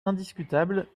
indiscutable